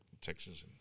Texas